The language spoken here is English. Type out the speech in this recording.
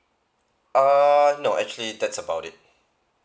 err no actually that's about it